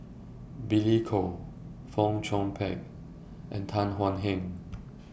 Billy Koh Fong Chong Pik and Tan Thuan Heng